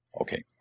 Okay